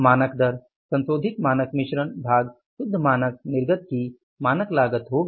मानक दर संशोधित मानक मिश्रण भाग शुद्ध मानक निर्गत की मानक लागत होगी